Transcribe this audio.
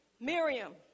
Miriam